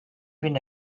been